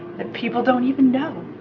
that people don't even know.